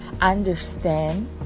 understand